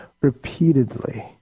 repeatedly